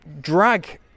drag